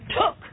took